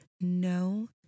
no